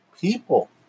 people